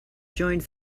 joined